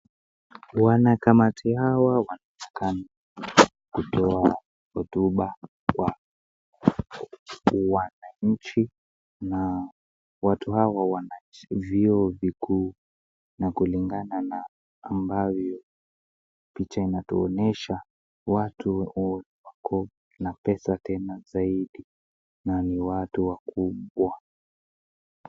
Wanakamati hawa wanaonekana kutoa hotuba kwa wananchi, na watu hawa wana vyeo vikuu, na kulingana na ambavyo picha inatuonyesha, watu wako na pesa tena zaidi, na ni watu wakubwa.